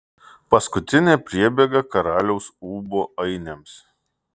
paskutinė priebėga karaliaus ūbo ainiams